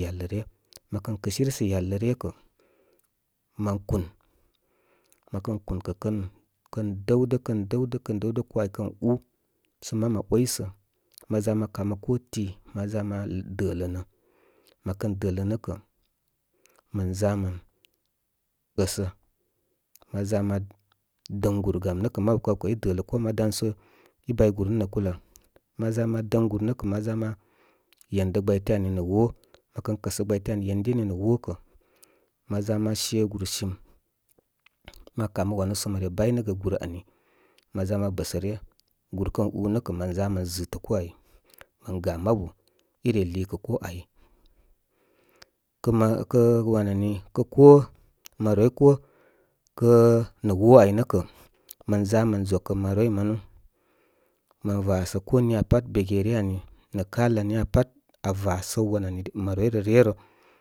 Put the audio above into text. yal lə ayə. Mə ka’m kɨsiri sə̀ yal la’ ryə kə mən kún. Mə kən ku̍n kə’ kən dəwdə, kən dəw də, kən dəwdə, koo āy kən ú, sə mam aa aysə. Ma ʒa ma kam ə koo ti ma ʒa ma dələnə. Mə kən dələ nə’ kə̀, mən za mən əsə. Ma ʒa ma dəy gùr, fam nə kə’ mabu kaw kə̀ í dələ koo ma dan so í bay gùr nə’ nə’ kulə āl. Ma z’a ma dəŋ gùr nə́ kə̍ ma ʒa ma yen də gbayte’ ami nə wó. Mə kən kəsə gbay te’ ani nə̀ wó kə̍. Ma ʒa ma shē gùr sim. Ma kamə wanu so ma re bay nə gə gùr ani, ma ʒa ma bəsə ryə. Gùr kən ù nə kə̀ məne ʒa mən ʒɨ̀tə koo ay mən ga ma bu i re lìì kə kooáy. Kə́ mən, kə’ wan ani koo, maroroī koo, kə’ nə̀ wo’ a’y nə’ kə̍, kən ʒa mən ʒokə məroroi manu, mən wasə ko miya pat bege ryə ani, nə’ kal niya pa avə səw maroroi ryə rə.